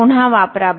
ते पुन्हा वापरा